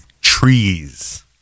trees